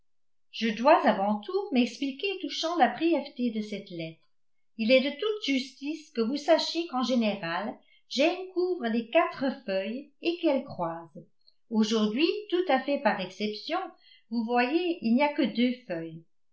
je dois avant tout m'expliquer touchant la brièveté de cette lettre il est de toute justice que vous sachiez qu'en général jane couvre les quatre feuilles et qu'elle croise aujourd'hui tout à fait par exception vous voyez il n'y a que deux feuilles